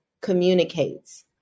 communicates